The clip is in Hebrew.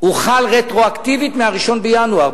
הוא חל רטרואקטיבית מ-1 בינואר,